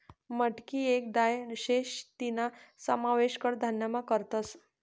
मटकी येक दाय शे तीना समावेश कडधान्यमा करतस